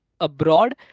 abroad